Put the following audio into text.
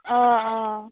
অঁ অঁ